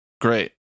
Great